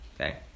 okay